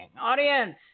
Audience